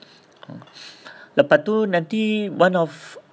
oh lepas tu nanti one of